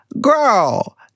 Girl